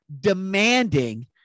demanding